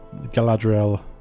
Galadriel